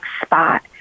spot